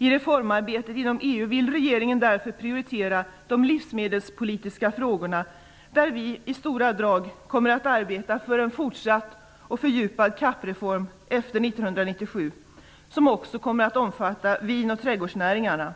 I reformarbetet inom EU vill regeringen därför prioritera de livsmedelspolitiska frågorna, där vi i stora drag kommer att arbeta för en fortsatt och fördjupad CAP reform efter 1997, som också kommer att omfatta vinoch trädgårdsnäringarna